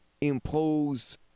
impose